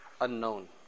unknown